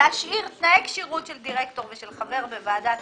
להשאיר תנאי כשירות של דירקטור ושל חבר בוועדת